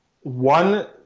one